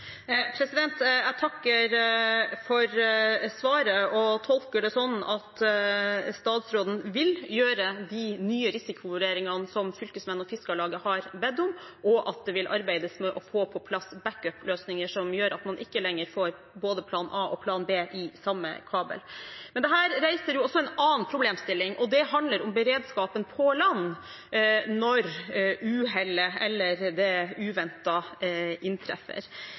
Jeg takker for svaret og tolker det slik at statsråden vil gjøre de nye risikovurderingene som Fylkesmannen og Fiskarlaget har bedt om, og at det vil arbeides med å få på plass backup-løsninger som gjør at man ikke lenger får både plan A og plan B i samme kabel. Men dette reiser jo også en annen problemstilling, og det handler om beredskapen på land når uhellet, eller det uventede, inntreffer.